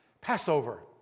Passover